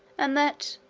and that,